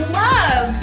love